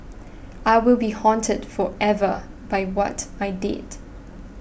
I will be haunted forever by what I did